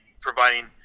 providing